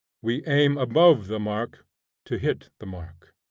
we aim above the mark to hit the mark.